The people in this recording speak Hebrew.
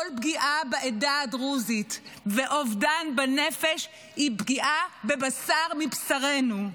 כל פגיעה בעדה הדרוזית ואובדן בנפש היא פגיעה בבשר מבשרנו.